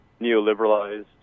neoliberalized